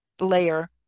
layer